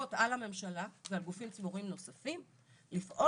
חובות על הממשלה ועל גופים ציבוריים נוספים לפעול